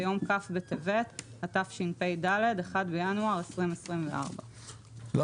ביום כ' בטבת התשפ"ד ( 1 בינואר 2024)". דרך אגב,